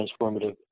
transformative